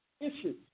issues